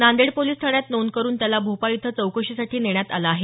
Nanded police ठाण्यात नोंद करून त्याला भोपाळ इथं चौकशीसाठी नेण्यात आलं आहे